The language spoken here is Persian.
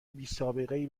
بیسابقهای